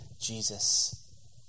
Jesus